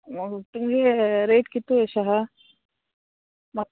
तुमगे रेट कितू एश आहा म्हाक